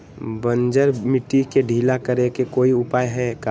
बंजर मिट्टी के ढीला करेके कोई उपाय है का?